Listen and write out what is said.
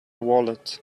wallet